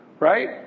Right